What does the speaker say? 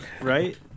right